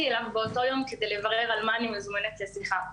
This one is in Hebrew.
אליו באותו יום כדי לברר על מה אני מזומנת לשיחה.